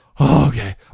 Okay